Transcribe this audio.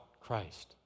Christ